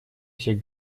всех